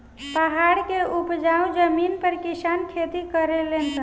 पहाड़ के उपजाऊ जमीन पर किसान खेती करले सन